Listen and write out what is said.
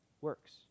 works